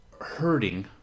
hurting